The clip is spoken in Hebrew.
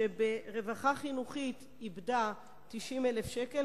שברווחה חינוכית איבדה 90,000 שקל,